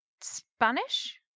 Spanish